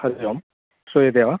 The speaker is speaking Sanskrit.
हरिः ओं श्रूयते वा